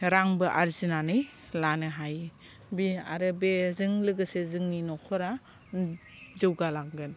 रांबो आरजिनानै लानो हायो बे आरो बेजों लोगोसे जोंनि न'खरा जौगालांगोन